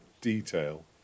detail